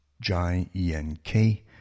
J-E-N-K-